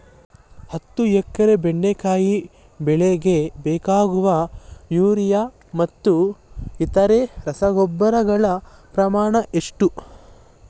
ಹತ್ತು ಎಕರೆ ಬೆಂಡೆಕಾಯಿ ಬೆಳೆಗೆ ಬೇಕಾಗುವ ಯೂರಿಯಾ ಮತ್ತು ಇತರೆ ರಸಗೊಬ್ಬರಗಳ ಪ್ರಮಾಣ ಎಷ್ಟು?